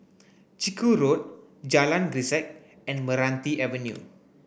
Chiku Road Jalan Grisek and Meranti Avenue